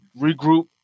regroup